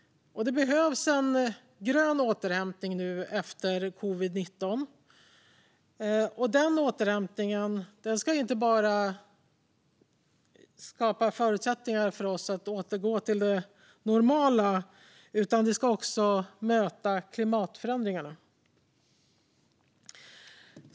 Det behövs en grön återhämtning efter covid-19. Den återhämtningen ska inte bara skapa förutsättningar för oss att återgå till det normala, utan den ska också möta klimatförändringarna.